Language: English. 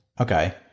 Okay